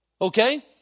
Okay